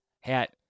hat